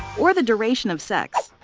or the duration of sex.